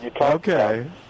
Okay